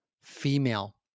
female